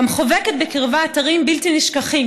גם חובקת בקרבה אתרים בלתי נשכחים,